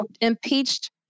impeached